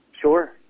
Sure